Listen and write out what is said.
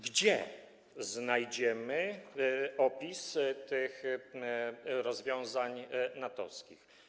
Gdzie znajdziemy opis tych rozwiązań natowskich?